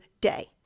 day